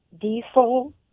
diesel